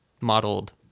modeled